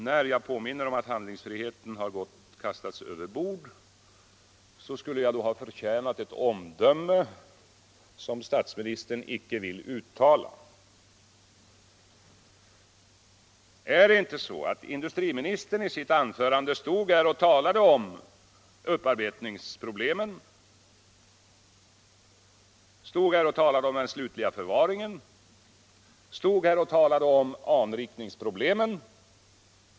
När jag påminde om att handlingsfriheten kastats över bord skulle jag ha förtjänat ett omdöme som statsministern inte ville uttala. Talade inte industriministern i sitt anförande om upparbetningsproblemen, den slutliga förvaringen och anrikningsproblemen?